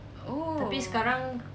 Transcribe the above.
oo